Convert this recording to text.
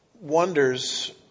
wonders